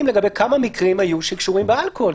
לגבי כמה מקרים היו שקשורים באלכוהול.